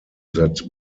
that